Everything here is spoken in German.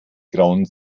grauen